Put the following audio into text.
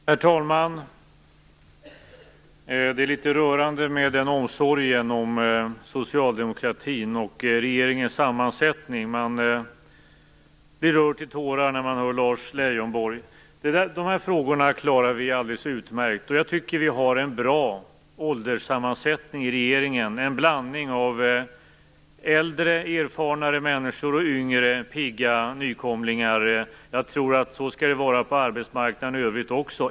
Herr talman! Det är litet rörande med omsorgen om socialdemokratin och regeringens sammansättning. Det rör till tårar när man hör Lars Leijonborg. Dessa frågor klarar vi alldeles utmärkt. Jag tycker att vi har en bra ålderssammansättning i regeringen, med en blandning av äldre, mer erfarna människor och yngre, pigga nykomlingar. Jag tror att det skall vara så på arbetsmarknaden i övrigt också.